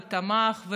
ותמך,